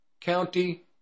county